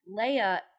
Leia